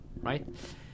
right